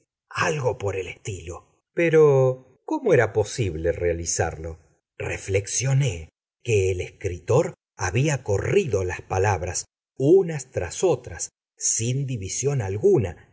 algo por el estilo pero cómo era posible realizarlo reflexioné que el escritor había corrido las palabras unas tras otras sin división alguna